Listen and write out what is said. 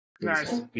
Nice